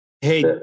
Hey